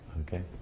Okay